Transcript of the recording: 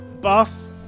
boss